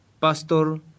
pastor